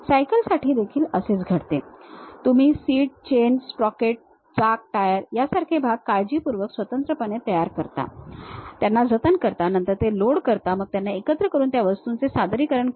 सायकलसाठीही असेच घडते तुम्ही सीट चेन स्प्रॉकेट चाक टायर यांसारखे भाग काळजीपूर्वक स्वतंत्रपणे तयार करता त्यांना जतन करता नंतर ते लोड करता मग त्यांना एकत्र करून त्या वस्तूंचे सादरीकरण करता